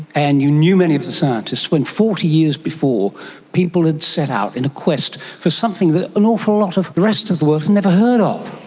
and you knew many of the scientists, when forty years before people had set out in a quest for something that an awful lot of the rest of the world had never heard ah of.